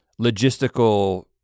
logistical